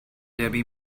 debbie